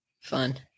Fun